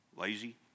lazy